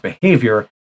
behavior